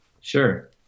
sure